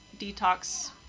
detox